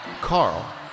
Carl